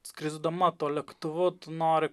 skrisdama lėktuvu tu nori